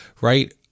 right